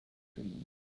stream